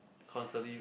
constantly